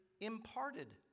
imparted